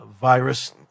virus